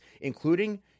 including